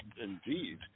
indeed